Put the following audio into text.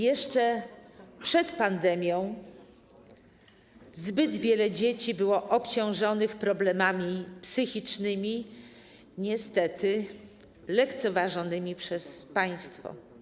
Jeszcze przed pandemią zbyt wiele dzieci było obciążonych problemami psychicznymi, niestety lekceważonymi przez państwo.